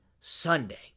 Sunday